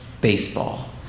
baseball